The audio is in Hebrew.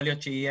יכול להיות שיש